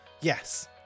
yes